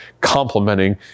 complementing